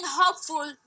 hopeful